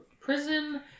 prison